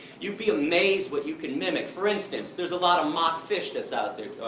you'd be amazed what you can mimic. for instance, there's a lot of mock-fish that's out there,